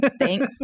Thanks